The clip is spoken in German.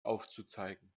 aufzuzeigen